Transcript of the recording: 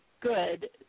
good